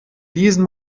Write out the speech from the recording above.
diesen